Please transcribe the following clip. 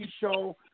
show